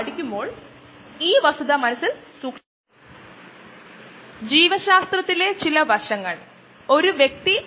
ആ അവസ്ഥ ഏകദേശം ഒരു 15 മിനിറ്റ് മുതൽ അര മണിക്കൂർ വരെ സൂക്ഷിക്കുന്നു പിന്നെ നമുക്ക് ഒരു അണുവിമുക്ത ഇടം നേടാൻ കഴിയും പിന്നെ ആ സ്ഥലം എടുക്കുകയും അത് അണുവിമുക്തമാണെന്ന് ഉറപ്പാക്കുകയും ചെയുന്നു